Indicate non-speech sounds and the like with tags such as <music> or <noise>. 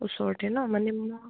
ওচৰতে ন' মানে <unintelligible>